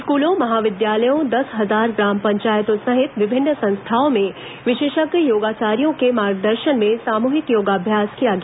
स्कूलों महाविद्यालयों दस हजार ग्राम पंचायतों सहित विभिन्न संस्थाओं में विशेषज्ञ योगाचार्यो के मार्गदर्शन में सामूहिक योगाभ्यास किया गया